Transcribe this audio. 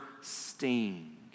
sting